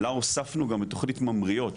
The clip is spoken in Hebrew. לה הוספנו גם תכנית ממריאות,